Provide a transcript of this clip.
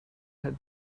had